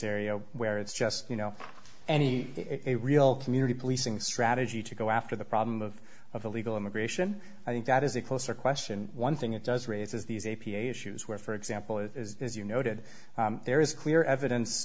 area where it's just you know any it a real community policing strategy to go after the problem of of illegal immigration i think that is a closer question one thing it does raise is these a p a issues where for example it is as you noted there is clear evidence